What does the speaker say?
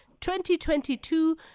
2022